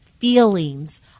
feelings